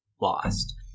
lost